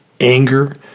anger